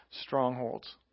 strongholds